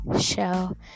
show